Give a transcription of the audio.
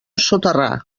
soterrar